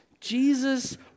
Jesus